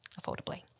affordably